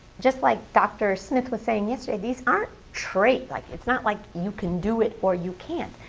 just like dr. smith was saying yesterday, these aren't traits. like it's not like you can do it or you can't.